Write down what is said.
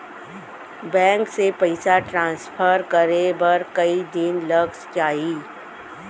Bank से पइसा transfer करे बर कई दिन लग जाही?